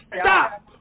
stop